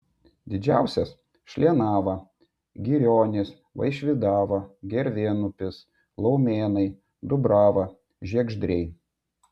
didžiausias šlienava girionys vaišvydava gervėnupis laumėnai dubrava žiegždriai